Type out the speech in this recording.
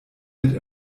mit